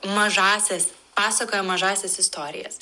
mažąsias pasakoja mažąsias istorijas